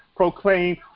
Proclaim